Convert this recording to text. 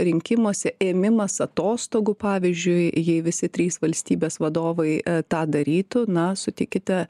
rinkimuose ėmimas atostogų pavyzdžiui jei visi trys valstybės vadovai tą darytų na sutikite